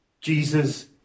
Jesus